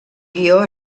guió